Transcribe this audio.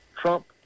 Trump